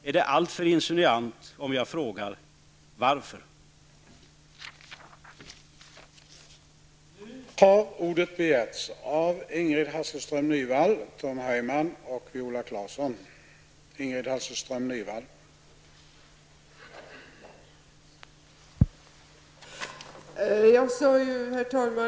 Är det alltför insinuant om jag frågar: Varför?